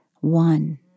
one